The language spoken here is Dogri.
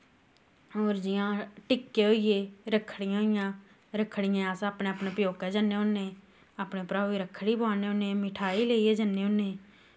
होर जियां टिक्के होईये रक्खड़ियां होईयां रक्खड़ियें गी अस अपनै अपनै प्यौकै जन्ने होन्ने अ पनै भ्राऊं गी रक्खड़ी पोआने होन्ने मठेआई लेईयै जन्ने होन्ने